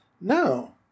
No